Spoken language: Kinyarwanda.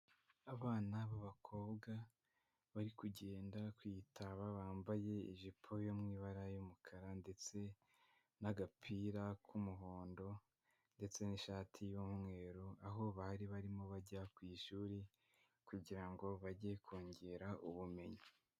Abana b'abakobwa bari kugenda ku i Taba, bambaye ijipo yo mu ibara y'umukara ndetse n'agapira k'umuhondo ndetse n'ishati y'umweru, aho bari barimo bajya ku ishuri kugira ngo bajye kongera ubumenyi.